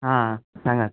आं सांगात